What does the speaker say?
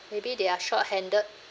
maybe they are short-handed